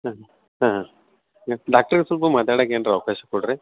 ಹಾಂ ಹಾಂ ಹಾಂ ಹಾಂ ಡಾಕ್ಟ್ರಗೆ ಸ್ವಲ್ಪ ಮಾತಾಡಕ್ಕೆ ಏನ್ರ ಅವಕಾಶ ಕೊಡಿರಿ